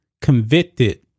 convicted